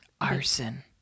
Arson